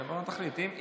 תחליטו.